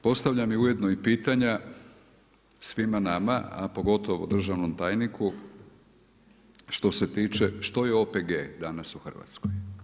Postavljam ujedno i pitanja svima nama, a pogotovo državnom tajniku što se tiče, što je OPG danas u Hrvatskoj?